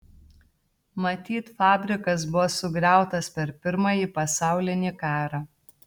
matyt fabrikas buvo sugriautas per pirmąjį pasaulinį karą